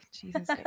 Jesus